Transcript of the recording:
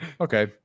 okay